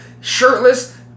shirtless